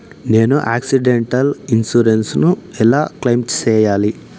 నేను accidental insurance ను ఎలా క్లెయిమ్ సేయాలి?